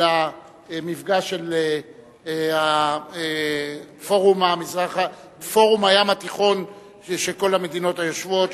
המפגש של פורום הים התיכון של כל המדינות היושבות,